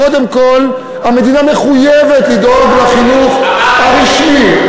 קודם כול המדינה מחויבת לדאוג לחינוך הרשמי.